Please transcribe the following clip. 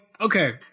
okay